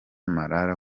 marara